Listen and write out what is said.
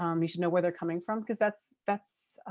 um you should know where they're coming from because that's that's